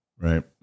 Right